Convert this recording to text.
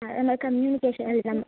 അത് നമ്മളെ കമ്മ്യൂണിക്കേഷൻ അത്